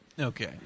Okay